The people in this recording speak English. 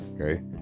okay